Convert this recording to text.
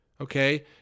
Okay